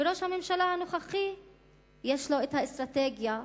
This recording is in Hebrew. וראש הממשלה הנוכחי יש לו האסטרטגיה שלו.